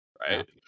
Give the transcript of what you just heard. Right